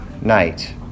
night